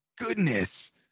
goodness